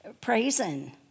praising